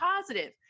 positive